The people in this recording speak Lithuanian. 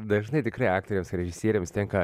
dažnai tikrai aktoriams ir režisieriams tenka